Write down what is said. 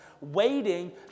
waiting